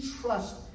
trust